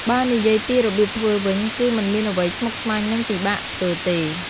បើនិយាយពីរបៀបធ្វើវិញ គឺមិនមានអ្វីស្មុគស្មាញ និងពិបាកធ្វើទេ។